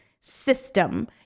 system